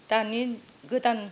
दानि गोदान